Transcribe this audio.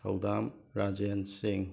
ꯊꯧꯗꯥꯝ ꯔꯥꯖꯦꯟ ꯁꯤꯡ